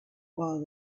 while